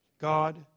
God